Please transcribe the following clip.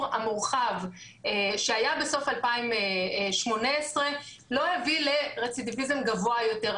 המורחב שהיה בסוף 2018 לא הביא לרצידיביזם גבוה יותר.